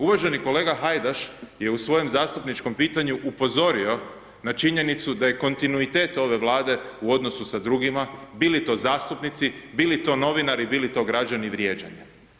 Uvaženi kolega Hajdaš je u svojem zastupničkom pitanju upozorio na činjenicu da je kontinuitet ove Vlade u odnosu sa drugima, bili to zastupnici, bili to novinari, bili to građani, vrijeđanje.